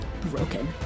broken